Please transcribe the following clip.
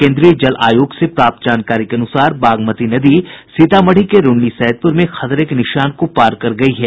केन्द्रीय जल आयोग से प्राप्त जानकारी के अनुसार बागमती नदी सीतामढ़ी के रून्नीसैदपुर में खतरे के निशान को पार कर गयी है